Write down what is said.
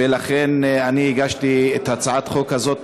ולכן אני הגשתי את הצעת החוק הזאת,